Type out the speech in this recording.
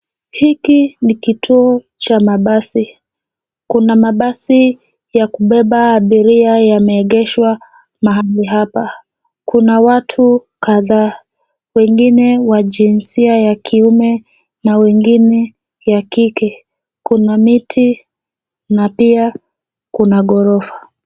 Hiki ni kituo cha mabasi. Kuna mabasi ya kubeba abiria yameegeshwa mahali hapa. Kuna watu kadhaa, wengine wa jinsia ya kiume na engine ya kike. Kuna miti na pia kuna ghorofa.